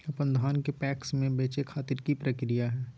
अपन धान के पैक्स मैं बेचे खातिर की प्रक्रिया हय?